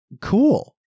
cool